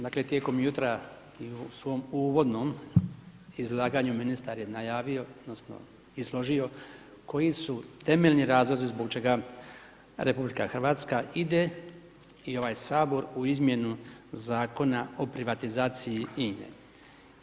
Dakle tijekom jutra i u svom uvodnom izlaganju ministar je najavio odnosno izložio koji su temeljni razlozi zbog čega RH ide i ovaj Sabor u izmjenu Zakona o privatizacije INA-e.